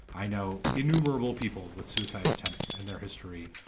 i know innumerable people with suicide attempts in their history,